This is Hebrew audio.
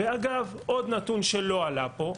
אגב, עוד נתון שלא עלה פה,